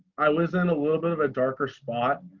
i was in ah little bit of a darker spot.